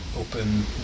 open